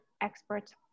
experts